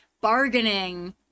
bargaining